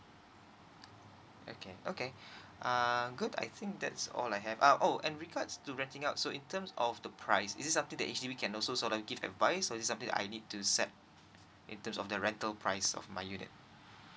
okay okay uh good I think that's all I have uh oh and regards to renting out so in terms of the price is it something that H_D_B can also sort of give advice or is it something that I need to set in terms of the rental prices of my unit